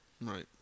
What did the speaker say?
Right